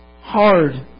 Hard